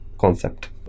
concept